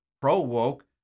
pro-woke